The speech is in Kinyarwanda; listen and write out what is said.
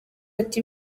ati